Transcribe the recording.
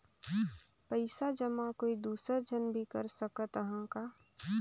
पइसा जमा कोई दुसर झन भी कर सकत त ह का?